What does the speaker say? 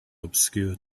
obscure